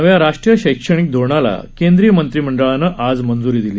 नव्या राष्ट्रीय शैक्षणिक धोरणाला केंद्रीय मंत्रीमंडळाला आज मंजूरी दिली